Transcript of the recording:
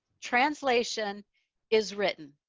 translation is written,